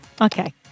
Okay